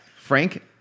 Frank